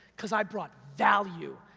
cause i brought value,